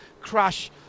crash